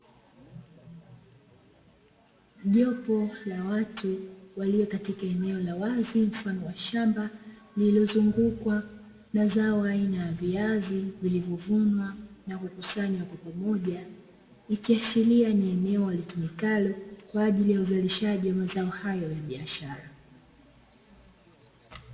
Jopo la watu walio katika eneo la wazi mfano wa shamba, lililozungukwa na zao aina ya viazi vilivovunwa na kukusanywa pamoja, ikiashiria ni eneo litumikalo kwa ajili ya uzalishaji wa zao hilo la biashara.